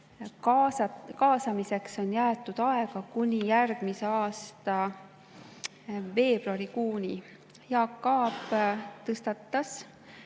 kaasamiseks on jäetud aega kuni järgmise aasta veebruarikuuni. Jaak Aab tõstatas